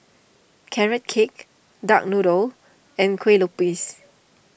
Carrot Cake Duck Noodle and Kue Lupis